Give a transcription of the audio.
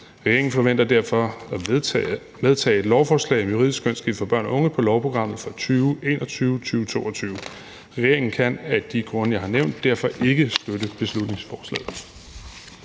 Regeringen forventer derfor at medtage et lovforslag om juridisk kønsskifte for børn og unge på lovprogrammet for 2021-22. Regeringen kan af de grunde, jeg har nævnt, derfor ikke støtte beslutningsforslaget.